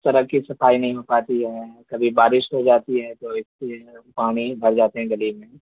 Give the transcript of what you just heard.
سڑک کی صفائی نہیں ہو پاتی ہے کبھی بارش ہو جاتی ہے تو اس سے پانی بھر جاتے ہیں گلی میں